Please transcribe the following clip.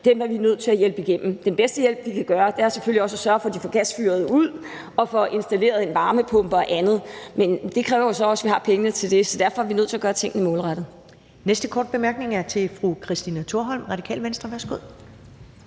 Dem er vi nødt til at hjælpe igennem. Den bedste hjælp, vi kan give, er selvfølgelig også at sørge for, at de får gasfyret ud og får installeret en varmepumpe og andet. Men det kræver jo så også, at vi har pengene til det, så derfor er vi nødt til at gøre tingene målrettet.